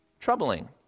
troubling